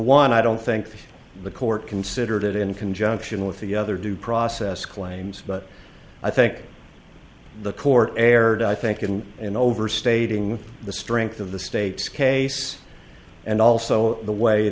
one i don't think that the court considered it in conjunction with the other due process claims but i think the court erred i think in in overstating the strength of the state's case and also the way